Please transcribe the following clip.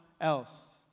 else